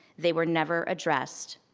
they were never addressed.